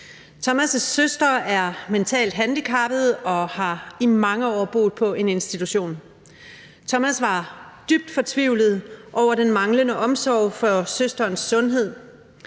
Thomas' søster er mentalt handicappet og har i mange år boet på en institution. Thomas var dybt fortvivlet over den manglende omsorg for søsterens sundhed.